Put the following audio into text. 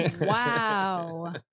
Wow